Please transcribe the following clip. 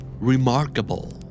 Remarkable